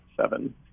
seven